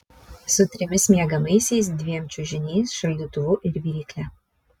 su trimis miegamaisiais dviem čiužiniais šaldytuvu ir virykle